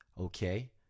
Okay